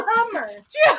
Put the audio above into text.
Hummer